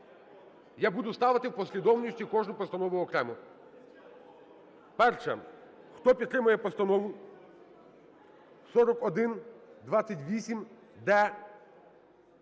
Я буду ставити в послідовності кожну постанову окремо. Перше. Хто підтримує Постанову 4128-д,